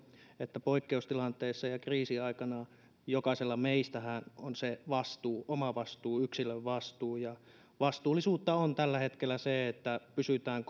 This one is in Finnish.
että poikkeustilanteessa ja kriisiaikana jokaisella meistähän on se oma vastuu yksilön vastuu ja vastuullisuutta on tällä hetkellä se että pysytään